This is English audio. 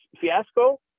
fiasco